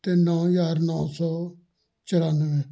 ਅਤੇ ਨੌ ਹਜ਼ਾਰ ਨੌ ਸੌ ਚੁਰਾਨਵੇਂ